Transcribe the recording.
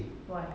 why